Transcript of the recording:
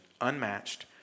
unmatched